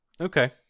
okay